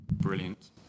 Brilliant